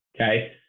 okay